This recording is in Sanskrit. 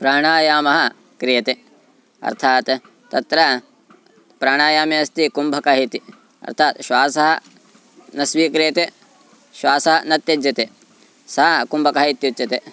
प्राणायामः क्रियते अर्थात् तत्र प्राणायामे अस्ति कुम्भकः इति अर्थात् श्वासः न स्वीक्रियते श्वासः न त्यज्यते सा कुम्भकः इत्युच्यते